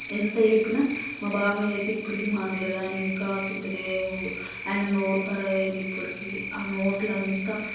ఇంత చెప్పిన మా బాబాయ్ అయితే ఇప్పుడికి మారలేదు ఆయన ఇంకా తింటూనే ఉన్నాడు ఆయన నోరరు ఖరాబయ్యింది ఇప్పుడికి నోట్లో అంతా